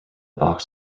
box